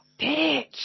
bitch